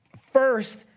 first